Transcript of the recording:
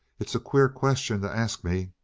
it's a queer question to ask me.